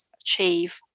achieve